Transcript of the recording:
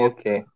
Okay